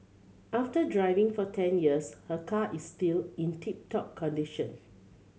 after driving for ten years her car is still in tip top condition